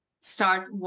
start